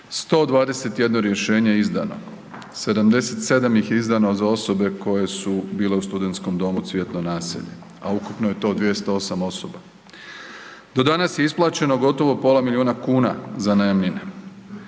121 rješenje je izdano, 77 ih je izdano za osobe koje su bile u Studentskom domu Cvjetno naselje, a ukupno je to 208 osoba. Do danas je isplaćeno gotovo pola miliona kuna za najamnine.